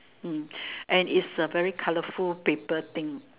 mm and is a very colorful paper thing